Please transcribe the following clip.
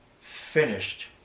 finished